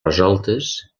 resoltes